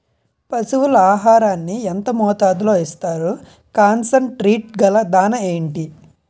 పశువుల ఆహారాన్ని యెంత మోతాదులో ఇస్తారు? కాన్సన్ ట్రీట్ గల దాణ ఏంటి?